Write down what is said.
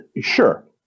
sure